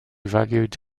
valued